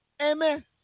Amen